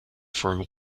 for